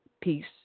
Peace